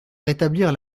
rétablir